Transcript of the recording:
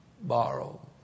borrow